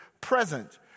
present